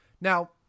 Now